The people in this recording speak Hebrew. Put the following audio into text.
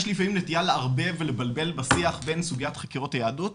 יש לפעמים נטייה לערבב ולבלבל בשיח בין סוגיית חקירות היהדות,